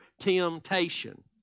temptation